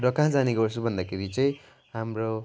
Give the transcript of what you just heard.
र कहाँ जाने गर्छु भन्दाखेरि चाहिँ हाम्रो